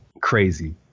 crazy